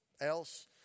else